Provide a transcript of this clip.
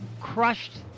crushed